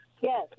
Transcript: Yes